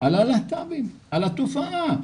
על התופעה,